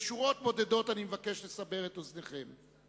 בשורות בודדות אני מבקש לסבר את אוזנכם: